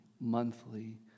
monthly